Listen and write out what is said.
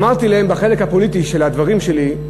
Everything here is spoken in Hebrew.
אמרתי להם, בחלק הפוליטי של הדברים שלי,